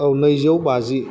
औ नैजौ बाजि